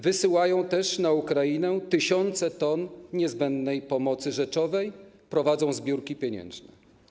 Wysyłają też na Ukrainę tysiące ton niezbędnej pomocy rzeczowej, prowadzą zbiórki pieniężne.